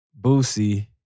Boosie